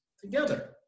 together